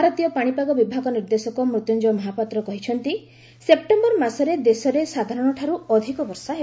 ଭାରତୀୟ ପାଣିପାଗ ବିଭାଗ ନିର୍ଦ୍ଦେଶକ ମୃତ୍ୟୁଞ୍ଜୟ ମହାପାତ୍ କହିଛନ୍ତି ସେପ୍ଟେମ୍ବର ମାସରେ ଦେଶରେ ସାଧାରଣଠାରୁ ଅଧିକ ବର୍ଷା ହେବ